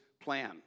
plan